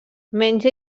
menja